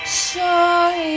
Sorry